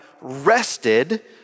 rested